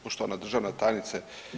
Poštovana državna tajnice.